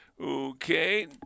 Okay